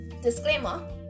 disclaimer